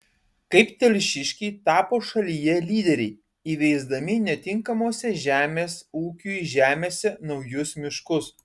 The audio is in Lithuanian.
kaip telšiškiai tapo šalyje lyderiai įveisdami netinkamose žemės ūkiui žemėse naujus miškus